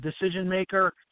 decision-maker